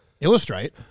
Illustrate